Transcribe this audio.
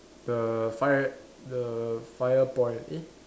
the fire the fire point eh